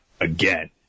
again